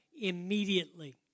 immediately